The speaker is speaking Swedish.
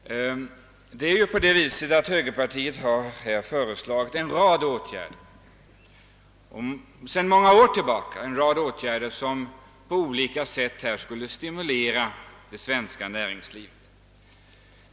Högerpartiet har här sedan många år föreslagit en rad åtgärder som på olika sätt skulle stimulera det svenska näringslivet.